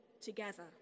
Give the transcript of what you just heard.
together